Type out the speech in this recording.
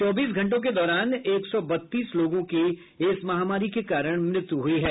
चौबीस घंटों के दौरान एक सौ बत्तीस लोगों की इस महामारी के कारण मृत्यु हुई है